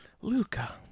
Luca